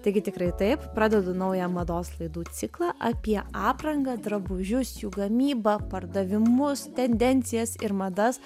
taigi tikrai taip pradedu naują mados laidų ciklą apie aprangą drabužius jų gamybą pardavimus tendencijas ir madas